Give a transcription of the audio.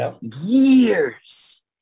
Years